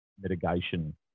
mitigation